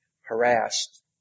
harassed